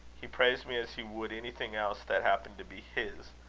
he praised me as he would anything else that happened to be his.